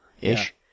ish